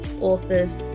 authors